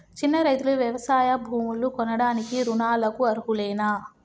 చిన్న రైతులు వ్యవసాయ భూములు కొనడానికి రుణాలకు అర్హులేనా?